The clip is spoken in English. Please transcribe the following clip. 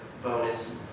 bonus